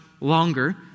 longer